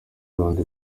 rwanda